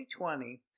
2020